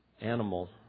animal